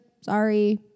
Sorry